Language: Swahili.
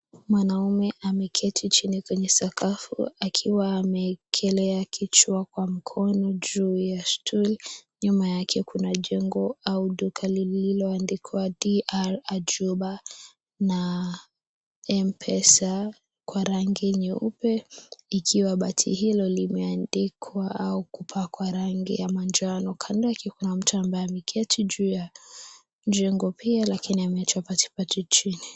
Mwanaume ameketi chini kwenye sakafu akiwa ameekelea kichwa kwa mkono juu ya stool ,nyuma yake kuna jengo au duka lililoandikwa DR . AJUB na M pesa kwa rangi nyeupe ikiwa bati hilo limeandikwa au kupakwa rangi ya manjano, kando yake kuna mtu ambaye ameketi juu ya jengo pia lakini ameacha patapata chini.